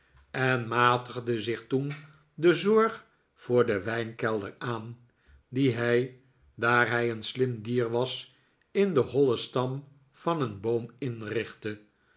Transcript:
en fnatigde zich toen de zorg voor den wijnkelder aan dien hij daar hij een slim dier was in den hollen stam van een boom inrichtte